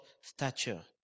stature